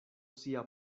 sia